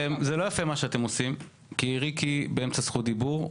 זה לא יפה מה שאתם עושים כי ריקי באמצע זכות דיבור,